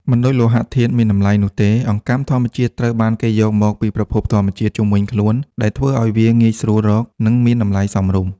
មិនដូចលោហៈធាតុមានតម្លៃនោះទេ អង្កាំធម្មជាតិត្រូវបានគេយកមកពីប្រភពធម្មជាតិជុំវិញខ្លួន ដែលធ្វើឲ្យវាងាយស្រួលរក និងមានតម្លៃសមរម្យ។